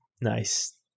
Nice